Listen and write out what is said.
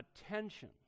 attention